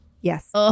yes